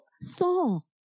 Saul